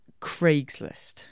Craigslist